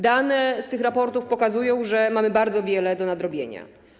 Dane z tych raportów pokazują, że mamy bardzo dużo do nadrobienia.